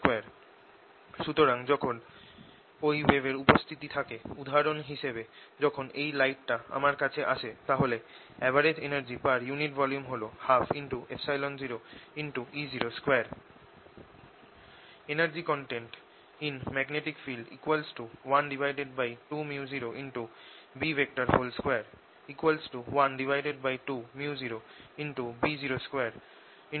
সুতরাং যখন এই ওয়েভের উপস্থিতি থাকে উদাহরণ হিসেবে যখন এই লাইটটা আমার কাছে আসে তাহলে average energy per unit volume হল 120E02